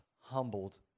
humbled